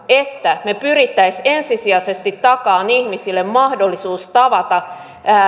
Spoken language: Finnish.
että me pyrkisimme ensisijaisesti takaamaan ihmisille mahdollisuuden tavata